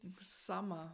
summer